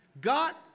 God